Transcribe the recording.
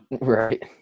Right